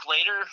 later